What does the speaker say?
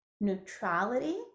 neutrality